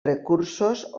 recursos